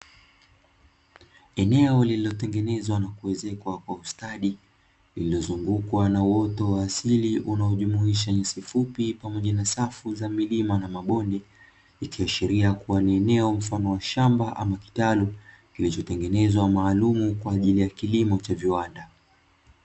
Eneo lililotengenezwa na kuezekwa kwa ustadi, lililozungukwa na uoto wa asili unaojumuisha nyasi fupi pamoja na safu za milima na mabonde. Ikiashiria kuwa ni eneo mfano mashamba ama kitalu kilichotengenezwa maalumu kwaajili ya kilimo cha viwanda.